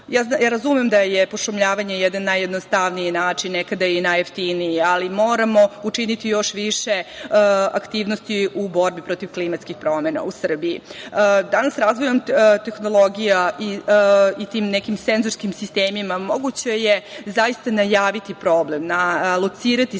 oblastima. Razumem da je pošumljavanje najjednostavniji način, nekada i najjeftiniji, ali moramo učiniti još više aktivnosti u borbi protiv klimatskih promena u Srbiji. Danas razvojem tehnologija i tim nekim senzorskim sistemima je moguće najaviti problem, locirati sam